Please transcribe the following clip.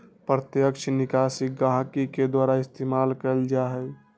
प्रत्यक्ष निकासी गहकी के द्वारा इस्तेमाल कएल जाई छई